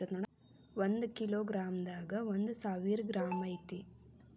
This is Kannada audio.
ಒಂದ ಕಿಲೋ ಗ್ರಾಂ ದಾಗ ಒಂದ ಸಾವಿರ ಗ್ರಾಂ ಐತಿ